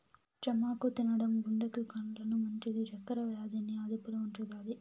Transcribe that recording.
చామాకు తినడం గుండెకు, కండ్లకు మంచిది, చక్కర వ్యాధి ని అదుపులో ఉంచుతాది